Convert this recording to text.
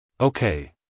Okay